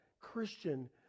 Christian